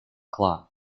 cloth